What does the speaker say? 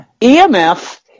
EMF